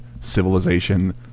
civilization